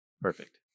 perfect